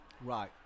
Right